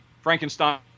Frankenstein